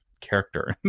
character